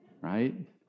right